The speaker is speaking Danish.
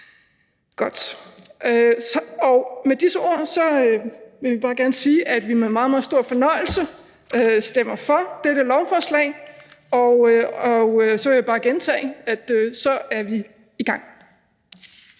Med disse ord vil jeg gerne sige, at vi med meget, meget stor fornøjelse stemmer for dette lovforslag, og så vil jeg bare gentage, at så er vi i gang.